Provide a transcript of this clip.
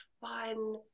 fun